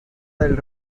del